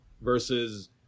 versus